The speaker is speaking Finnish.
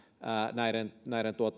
näiden näiden